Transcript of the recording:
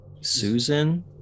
Susan